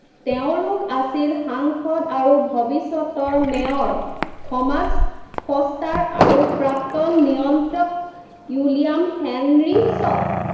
তেওঁলোক আছিল সাংসদ আৰু ভৱিষ্যতৰ মেয়ৰ থমাছ ফষ্টাৰ আৰু প্ৰাক্তন নিয়ন্ত্ৰক উইলিয়াম হেনৰী শ্ব'